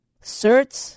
Search